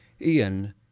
Ian